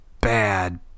bad